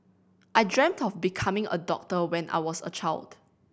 I dreamt of becoming a doctor when I was a child